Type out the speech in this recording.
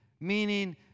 Meaning